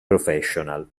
professional